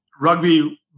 rugby